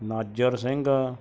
ਨਾਜ਼ਰ Singh